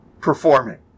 performing